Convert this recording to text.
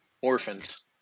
orphans